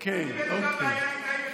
כשאתה מדבר בין מגזרים,